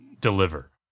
deliver